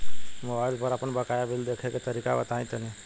Mobile पर आपन बाकाया बिल देखे के तरीका बताईं तनि?